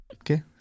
Okay